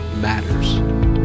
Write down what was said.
matters